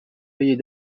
payés